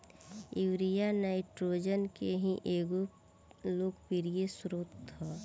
urea nitrogen के ही एगो लोकप्रिय स्रोत ह